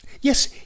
Yes